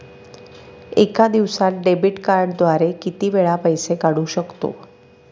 एका दिवसांत डेबिट कार्डद्वारे किती वेळा पैसे काढू शकतो?